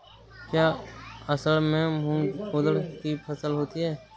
क्या असड़ में मूंग उर्द कि फसल है?